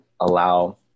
allow